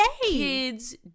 kids